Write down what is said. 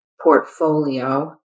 portfolio